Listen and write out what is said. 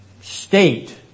state